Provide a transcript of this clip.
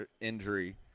injury